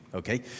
okay